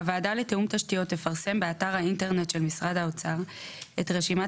הוועדה לתיאום תשתיות תפרסם באתר האינטרנט של משרד האוצר את רשימת